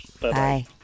bye